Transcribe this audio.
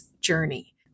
Journey